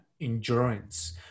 endurance